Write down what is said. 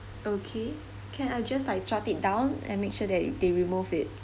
okay can I'll just like jot it down and make sure that they remove it